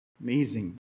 Amazing